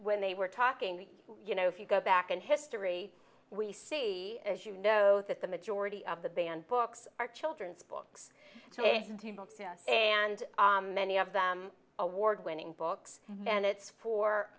when they were talking you know if you go back in history we see as you know that the majority of the banned books are children's books and many of them award winning books and it's for